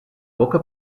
boca